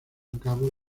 cabo